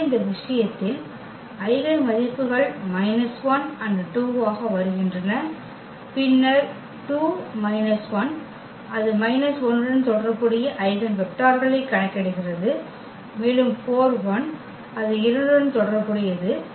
எனவே இந்த விஷயத்தில் ஐகென் மதிப்புகள் 1 2 ஆக வருகின்றன பின்னர் அது மைனஸ் 1 உடன் தொடர்புடைய ஐகென் வெக்டர்களைக் கணக்கிடுகிறது மேலும் அது 2 உடன் தொடர்புடையது